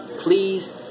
Please